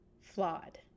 flawed